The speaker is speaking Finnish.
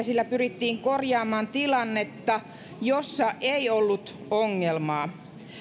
sillä pyrittiin korjaamaan tilannetta jossa ei ollut ongelmaa